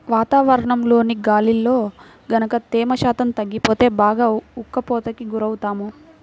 వాతావరణంలోని గాలిలో గనక తేమ శాతం తగ్గిపోతే బాగా ఉక్కపోతకి గురవుతాము